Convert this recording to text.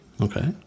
Okay